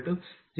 u